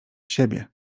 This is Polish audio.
siebie